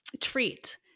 treat